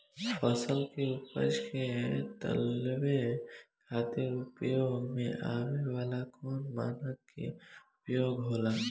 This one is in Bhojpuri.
फसल के उपज के तौले खातिर उपयोग में आवे वाला कौन मानक के उपयोग होला?